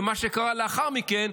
ועל מה שקרה לאחר מכן,